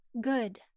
Good